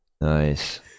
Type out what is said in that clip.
Nice